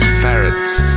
ferrets